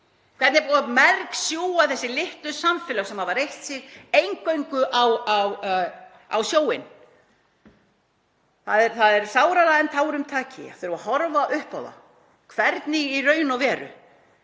hvernig búið er að mergsjúga þessi litlu samfélög sem hafa reitt sig eingöngu á sjóinn. Það er sárara en tárum taki að þurfa að horfa upp á hvernig í raun og veru